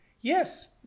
Yes